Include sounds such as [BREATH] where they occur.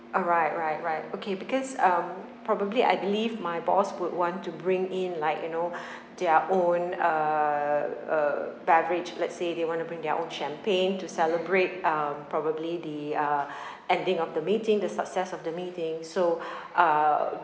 orh right right right okay because um probably I believe my boss would want to bring in like you know [BREATH] their own uh uh beverage let's say they want to bring their own champagne to celebrate um probably the uh [BREATH] ending of the meeting the success of the meeting so [BREATH] uh